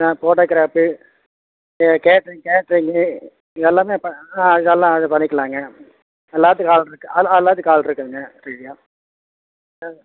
ஆ photography ஆ catering கேட்ரிங்கி எல்லாமே இப்போ ஆ எல்லாம் இது பண்ணிக்கலாங்க எல்லாத்துக்கும் ஆள் இருக்குது ஆ எல்லாத்துக்கும் ஆள் இருக்குதுங்க ரெடியாக